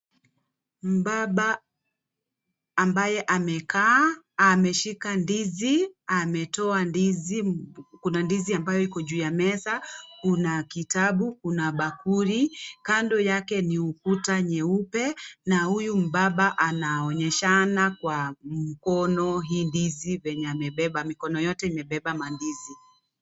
Mbaba ambaye amekaa, ameshika ndizi, kuna ndizi ambayo iko juu ya meza, kuna kitabu, kuna bakuli, kando yake ni ukuta nyeupe na huyu mbaba anaonyeshana kwa hii ndizi venye amebeba, mikono yote imebeba mandizi.